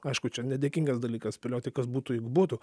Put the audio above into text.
aišku čia nedėkingas dalykas spėlioti kas būtų jeigu būtų